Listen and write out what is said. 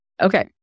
Okay